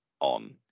on